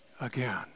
again